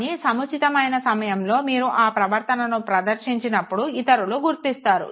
కానీ సముచితమైన సమయంలో మీరు ఆ ప్రవర్తనను ప్రదర్శించినప్పుడు ఇతరులు గుర్తిస్తారు